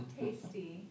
tasty